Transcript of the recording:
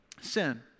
sin